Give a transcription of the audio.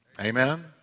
Amen